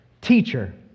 Teacher